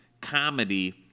Comedy